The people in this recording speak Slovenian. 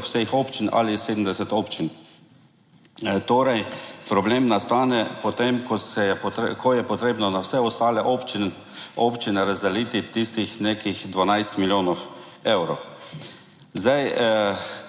vseh občin ali 70 občin. Torej, problem nastane potem, ko je potrebno na vse ostale občine, občine razdeliti tistih nekih 12 milijonov evrov. Zdaj,